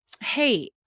hey